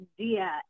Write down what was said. idea